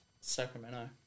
Sacramento